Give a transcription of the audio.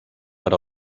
per